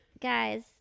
guys